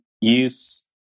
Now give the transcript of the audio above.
use